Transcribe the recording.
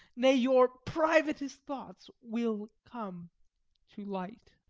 nay, your privat'st thoughts, will come to light.